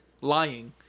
Lying